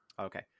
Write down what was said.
Okay